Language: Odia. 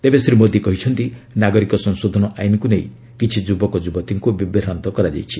ତେବେ ଶ୍ରୀ ମୋଦି କହିଛନ୍ତି ନାକରିକ ସଂଶୋଧନ ଆଇନକୁ ନେଇ କିଛି ଯୁବକ ଯୁବତୀଙ୍କୁ ବିଭ୍ରାନ୍ତ କରାଯାଇଛି